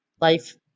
life